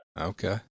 Okay